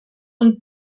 und